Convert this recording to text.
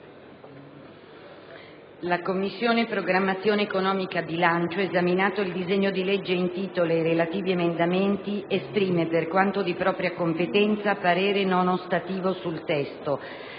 «La Commissione programmazione economica, bilancio, esaminato il disegno di legge in titolo ed i relativi emendamenti, esprime, per quanto di propria competenza, parere non ostativo sul testo,